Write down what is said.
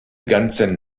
ganzen